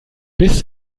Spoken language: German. bis